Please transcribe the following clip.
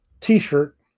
T-shirt